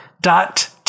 dot